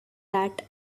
that